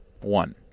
one